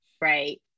right